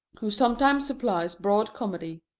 who sometimes supplies broad comedy.